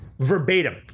Verbatim